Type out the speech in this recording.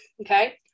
Okay